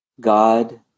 God